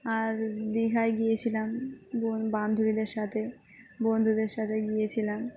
আর দীঘায় গিয়েছিলাম বো বান্ধবীদের সাথে বন্ধুদের সাথে গিয়েছিলাম